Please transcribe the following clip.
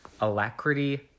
alacrity